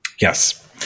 Yes